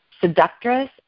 seductress